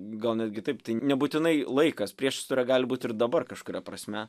gal netgi taip tai nebūtinai laikas priešistorė gali būt ir dabar kažkuria prasme